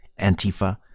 Antifa